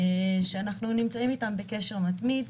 ואנחנו נמצאים איתם בקשר מתמיד.